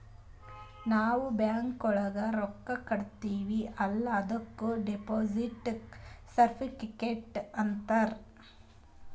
ನಾವ್ ಬ್ಯಾಂಕ್ಗ ರೊಕ್ಕಾ ಕಟ್ಟಿರ್ತಿವಿ ಅಲ್ಲ ಅದುಕ್ ಡೆಪೋಸಿಟ್ ಸರ್ಟಿಫಿಕೇಟ್ ಅಂತಾರ್